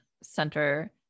center